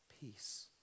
peace